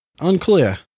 Unclear